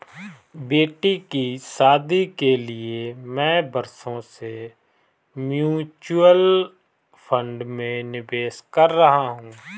बेटी की शादी के लिए मैं बरसों से म्यूचुअल फंड में निवेश कर रहा हूं